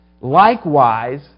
Likewise